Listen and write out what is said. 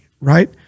right